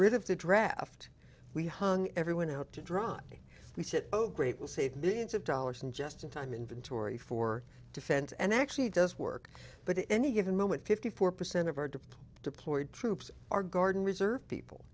rid of the draft we hung everyone out to dry we said oh great will save millions of dollars and just in time inventory for defense and actually does work but any given moment fifty four percent of our deploy deployed troops our guard and reserve people